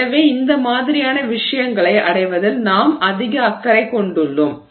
எனவே இந்த மாதிரியான விஷயங்களை அடைவதில் நாம் அதிக அக்கறை கொண்டுள்ளோம்